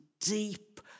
deep